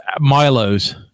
Milo's